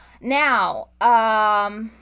Now